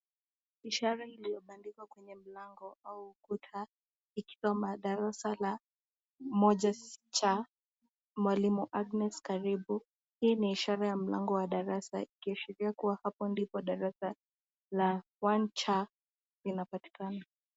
Ishara iliyobandikwa kwenye mlango ikiwa darasa la 1C. Mwalimu Agnes Karibu, hii ni ishara ya mlango wa darasa ikiashiria kua hapo ndipo mlango wa darasa 1C inapatikana.